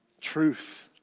truth